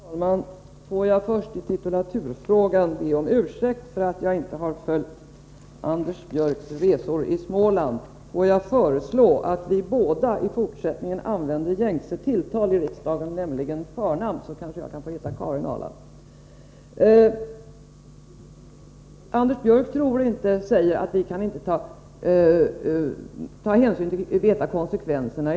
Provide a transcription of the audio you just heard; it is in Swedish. Herr talman! Får jag först i titulaturfrågan be om ursäkt för att jag inte har följt Anders Björcks resor i Småland. Låt mig föreslå att vi båda i fortsättningen använder gängse tilltal i riksdagen, nämligen förnamn, så kanske jag kan få heta Karin Ahrland. Anders Björck säger att vi i dag inte kan veta konsekvenserna.